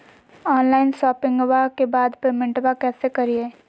Online शोपिंग्बा के बाद पेमेंटबा कैसे करीय?